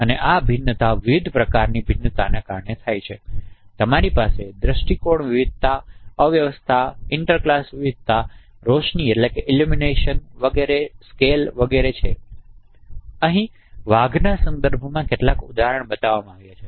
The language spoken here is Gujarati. તેથી આ ભિન્નતા વિવિધ પ્રકારનાં ભિન્નતાને કારણે થાય છે તમારી પાસે દૃષ્ટિકોણ વિવિધતા અવ્યવસ્થા ઇન્ટરક્લાસ વિવિધતા રોશની સ્કેલ વગેરે છે અહી વાઘના સંદર્ભમાં કેટલાક ઉદાહરણો બતાવવામાં આવ્યા છે